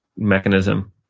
mechanism